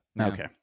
Okay